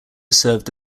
served